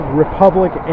republic